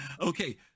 Okay